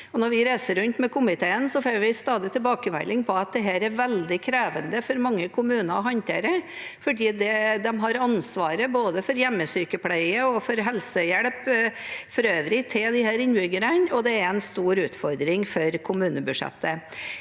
Når vi reiser rundt med komiteen, får vi stadig tilbakemelding om at dette er veldig krevende for mange kommuner å håndtere. De har ansvaret for å gi både hjemmesykepleie og øvrig helsehjelp til innbyggerne, og det er en stor utfordring for kommunebudsjettet.